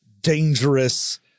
dangerous